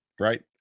right